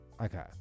Okay